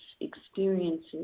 experiences